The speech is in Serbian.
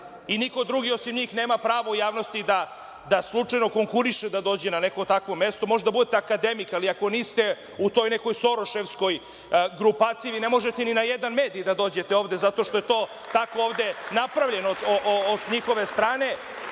i niko drugi osim njih nema pravo u javnosti da slučajno konkuriše da dođe na takvo neko mesto. Možete da budete akademik, ali ako niste u toj nekoj soroševskoj grupaciji, vi ne možete ni na jedan mediji da dođete ovde zato što je to tako ovde napravljeno s njihove strane. Želeo